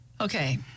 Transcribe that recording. Okay